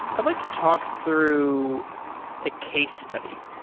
i'd like to talk through a case study.